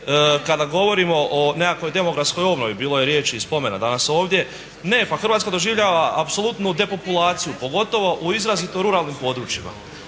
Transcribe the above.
Kada govorimo o nekakvoj demografskoj obnovi, bilo je riječi i spomena danas ovdje, ne pa Hrvatska doživljava apsolutnu depopulaciju pogotovo u izrazito ruralnim područjima.